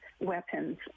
weapons